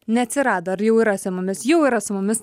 neatsirado ar jau yra su mumis jau yra su mumis